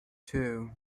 two